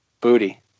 Booty